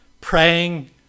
praying